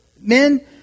men